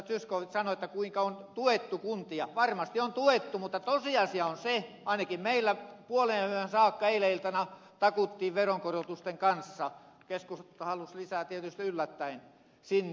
zyskowicz sanoi kuinka on tuettu kuntia niin varmasti on tuettu mutta tosiasia on se että ainakin meillä eilen iltana puoleenyöhön saakka takuttiin veronkorotusten kanssa kun keskusta halusi lisää tietysti yllättäen sinne